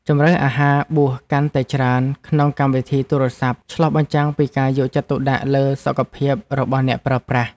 ជម្រើសអាហារបួសកាន់តែច្រើនក្នុងកម្មវិធីទូរស័ព្ទឆ្លុះបញ្ចាំងពីការយកចិត្តទុកដាក់លើសុខភាពរបស់អ្នកប្រើប្រាស់។